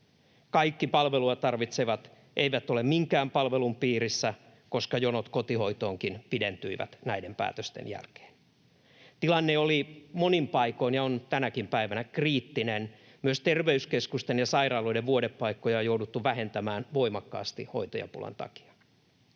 Kaikki palvelua tarvitsevat eivät ole minkään palvelun piirissä, koska jonot kotihoitoonkin pidentyivät näiden päätösten jälkeen. Tilanne oli — ja on tänäkin päivänä — monin paikoin kriittinen. Myös terveyskeskusten ja sairaaloiden vuodepaikkoja on jouduttu vähentämään voimakkaasti hoitajapulan takia.